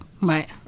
Right